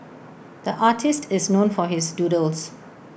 the artist is known for his doodles